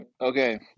Okay